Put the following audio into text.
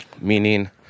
Meaning